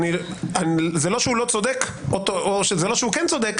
זה לא שהוא לא צודק או לא שהוא כן צודק,